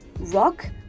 rock